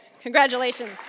Congratulations